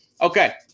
Okay